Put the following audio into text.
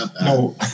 No